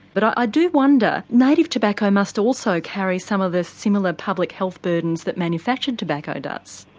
but i do wonder, native tobacco must also carry some of the similar public health burdens that manufactured tobacco does?